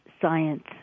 science